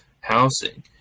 housing